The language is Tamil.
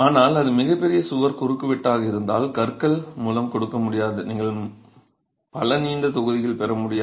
ஆனால் அது மிகப் பெரிய சுவர் குறுக்குவெட்டாக இருந்தால் கற்கள் மூலம் கொடுக்க முடியாது நீங்கள் பல நீண்ட தொகுதிகள் பெற முடியாது